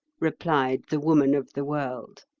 replied the woman of the world.